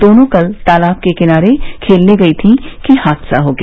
दोनों कल तालाब किनारे खेलने गयी थीं कि हादसा हो गया